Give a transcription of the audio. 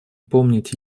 помнить